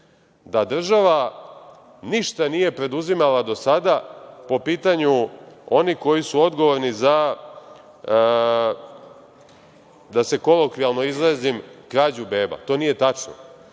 da država ništa nije preduzimala do sada po pitanju onih koji su odgovorni za, da se kolokvijalno izrazim, krađu beba, to nije tačno.